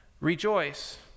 rejoice